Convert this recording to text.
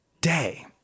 day